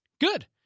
Good